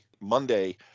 Monday